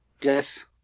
Yes